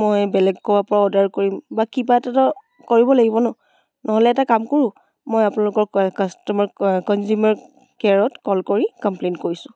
মই বেলেগ ক'ৰবাৰ পৰা অৰ্ডাৰ কৰিম বা কিবা এটা কৰিব লাগিব ন নহ'লে এটা কাম কৰোঁ মই আপোনালোকৰ কাষ্টমাৰ কনজিউমাৰ কেয়াৰত কল কৰি কম্প্লেইণ্ট কৰিছোঁ